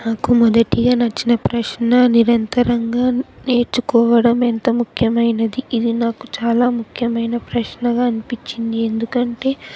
నాకు మొదటిగా నచ్చిన ప్రశ్న నిరంతరంగా నేర్చుకోవడం ఎంత ముఖ్యమైనది ఇది నాకు చాలా ముఖ్యమైన ప్రశ్నగా అనిపించింది ఎందుకంటే